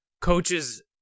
coaches –